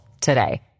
today